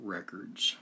Records